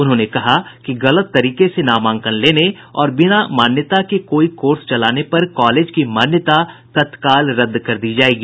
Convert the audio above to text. उन्होंने कहा कि गलत तरीके से नामांकन लेने और बिना मान्यता के कोई कोर्स चलाने पर कॉलेज की मान्यता तत्काल रद्द कर दी जायेगी